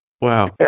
Wow